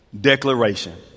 declaration